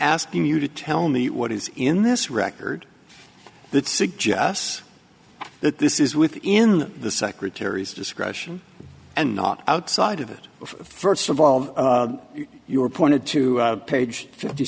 asking you to tell me what is in this record that suggests that this is within the secretary's discretion and not outside of it first of all of your pointed to page fifty